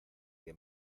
que